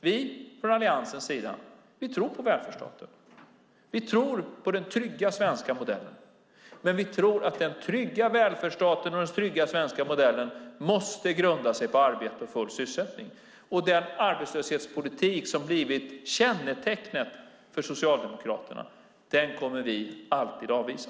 Vi från Alliansens sida tror på välfärdsstaten, vi tror på den trygga svenska modellen. Men vi tror att den trygga välfärdsstaten och den trygga svenska modellen måste grunda sig på arbete och full sysselsättning. Och den arbetslöshetspolitik som blivit kännetecknet för Socialdemokraterna kommer vi alltid att avvisa.